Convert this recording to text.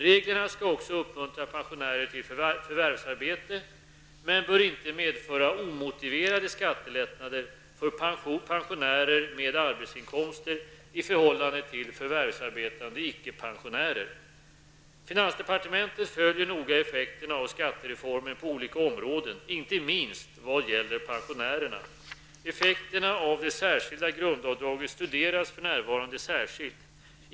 Reglerna skall också uppmuntra pensionärer till förvärvsarbete men bör inte medföra omotiverade skattelättnader för pensionärer med arbetsinkomster i förhållande till förvärvsarbetande icke-pensionärer. Finansdepartementet följer noga effekterna av skattereformen på olika områden, inte minst vad gäller pensionärerna. Effekterna av det särskilda grundavdraget studeras för närvarande särskilt.